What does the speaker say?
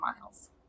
Miles